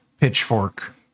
pitchfork